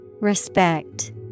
Respect